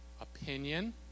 opinion